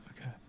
okay